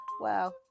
Wow